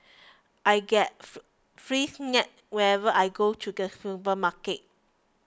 I get free snacks whenever I go to the supermarket